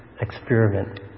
experiment